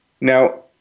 Now